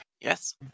Yes